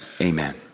Amen